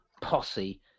posse